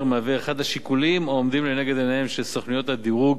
מהווה אחד השיקולים העומדים לנגד עיניהן של סוכנויות הדירוג